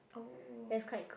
oh